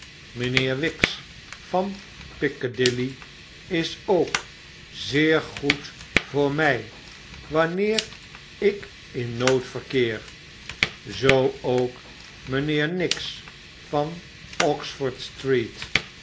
mynheer wix van piccadilly is ook zeer goed voor my wanneer ik in nood verkeer zoo ook mynheer nix van oxford street